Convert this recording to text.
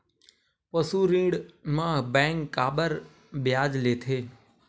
पशु ऋण म बैंक काबर ब्याज लेथे?